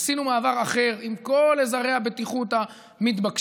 עשינו מעבר אחר עם כל עזרי הבטיחות המתבקשים.